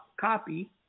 copy